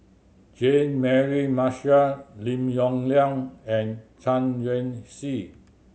Jean Mary Marshall Lim Yong Liang and Chen Hsi